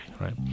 right